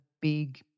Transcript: big